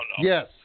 Yes